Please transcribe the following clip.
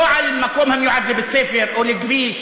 לא במקום המיועד לבית-ספר או לכביש,